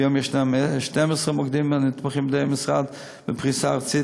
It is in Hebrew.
כיום ישנם 12 מוקדים הנתמכים על-ידי המשרד בפריסה ארצית,